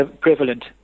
prevalent